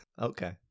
Okay